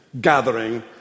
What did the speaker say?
gathering